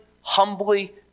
humbly